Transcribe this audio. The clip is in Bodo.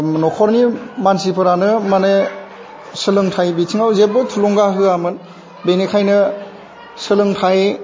न'खरनि मानसिफोरानो माने सोलोंथाइ बिथिङाव जेबो थुलुंगा होआमोन बेनिखायनो सोलोंथाइ